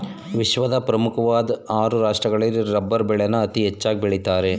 ವಿಶ್ವದ ಪ್ರಮುಖ್ವಾಧ್ ಆರು ರಾಷ್ಟ್ರಗಳಲ್ಲಿ ರಬ್ಬರ್ ಬೆಳೆನ ಅತೀ ಹೆಚ್ಚಾಗ್ ಬೆಳಿತಾರೆ